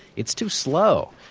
it's too slow.